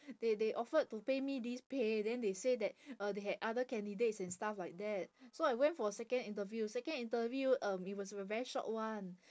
they they offered to pay me this pay then they say that uh they had other candidates and stuff like that so I went for a second interview second interview um it was a very short one